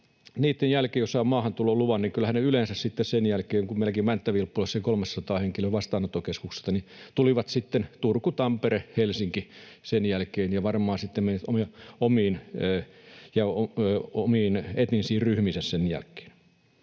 niitten jälkeen saa maahantuloluvan, niin kyllähän ne yleensä sitten sen jälkeen... Kun meilläkin on Mänttä-Vilppulassa 300 henkilöä vastaanottokeskuksessa, niin tulivat sitten Turkuun, Tampereelle, Helsinkiin sen jälkeen ja varmaan sittemmin omiin etnisiin ryhmiinsä.